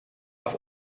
darf